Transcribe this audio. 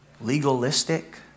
legalistic